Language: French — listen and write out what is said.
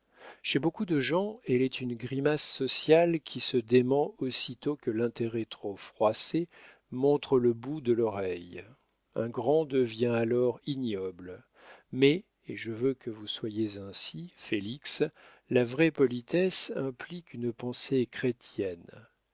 chez beaucoup de gens elle est une grimace sociale qui se dément aussitôt que l'intérêt trop froissé montre le bout de l'oreille un grand devient alors ignoble mais et je veux que vous soyez ainsi félix la vraie politesse implique une pensée chrétienne